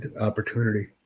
opportunity